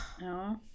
No